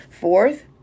Fourth